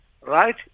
right